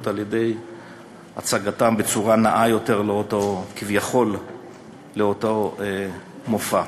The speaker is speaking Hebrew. כדי להציגם בצורה נאה יותר כביכול לאותו מופע,